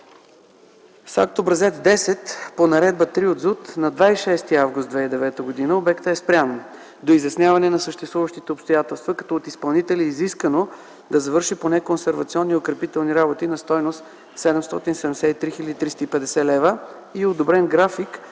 за устройство на територията. На 26 август 2009 г. обектът е спрян до изясняване на съществуващите обстоятелства, като от изпълнителя е изискано: да завърши поне консервационни и укрепителни работи на стойност 773 хил. 350 лв. и одобрен график